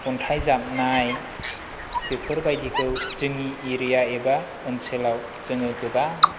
अन्थाय जाबनाय बेफोर बायदिखौ जोंनि एरिया एबा ओनसोलाव जोङो गोबां